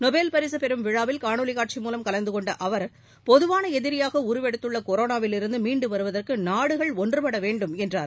Nobel பரிசு பெறும் விழாவில் காணொளி காட்சி மூலம் கலந்து கொண்ட அவர் பொதுவான எதிரியாக உருவெடுத்துள்ள கொரோனவிலிருந்து மீண்டு வருவதற்கு நாடுகள் ஒன்றுபட வேண்டும் என்றார்